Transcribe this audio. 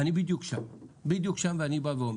אדוני היושב-ראש, אני בדיוק שם ואני בא ואומר: